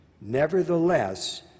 Nevertheless